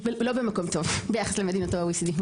אנחנו לא במקום טוב ביחס למדינות ה-OECD,